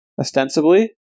Ostensibly